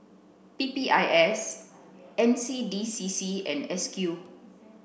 P P I S N C D C C and S Q